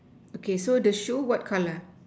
okay so the shoe what color